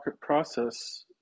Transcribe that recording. process